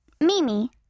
Mimi